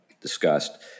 discussed